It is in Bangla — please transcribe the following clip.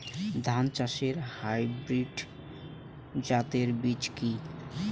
ধান চাষের হাইব্রিড জাতের বীজ কি?